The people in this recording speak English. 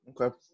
Okay